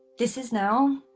this is now,